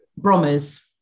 Bromers